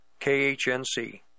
KHNC